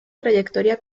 trayectoria